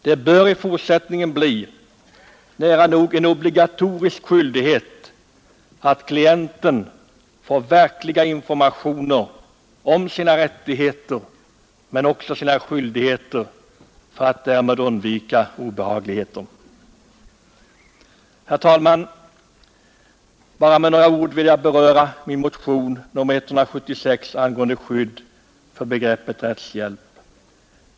Det bör i fortsättningen bli nära nog en obligatorisk skyldighet att ge klienten verkliga informationer om hans rättigheter men också om hans skyldigheter för att därmed undvika obehagligheter. Jag vill, herr talman, bara med några ord beröra motionen 176 år 1972 som avser skydd för begreppet rättshjälp.